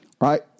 Right